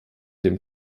dem